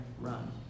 run